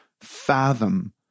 fathom